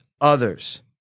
others